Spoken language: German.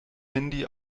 handy